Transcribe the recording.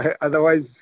Otherwise